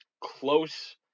close